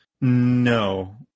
no